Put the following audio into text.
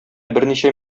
берничә